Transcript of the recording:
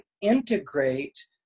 integrate